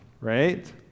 right